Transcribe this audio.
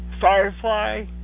Firefly